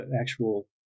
actual